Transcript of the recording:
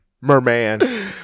Merman